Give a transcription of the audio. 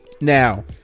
Now